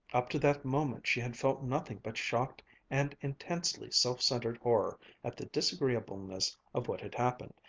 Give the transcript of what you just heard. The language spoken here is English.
up to that moment, she had felt nothing but shocked and intensely self-centered horror at the disagreeableness of what had happened,